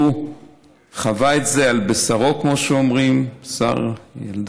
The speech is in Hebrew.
הוא חווה את זה על בשרו, כמו שאומרים, בשר ילדו,